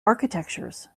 architectures